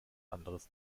anderes